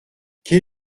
quel